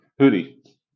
hoodie